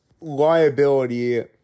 liability